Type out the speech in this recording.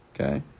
Okay